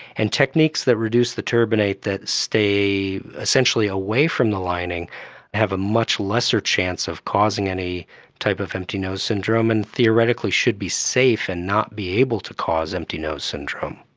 and techniques that reduce reduce the turbinate that stay essentially away from the lining have a much lesser chance of causing any type of empty nose syndrome and theoretically should be safe and not be able to cause empty nose syndrome.